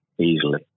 Easily